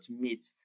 meet